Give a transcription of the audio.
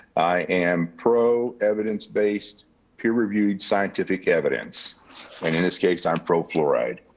i am pro evidence-based peer reviewed scientific evidence. and in this case i'm pro fluoride.